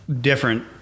different